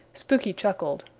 spooky chuckled.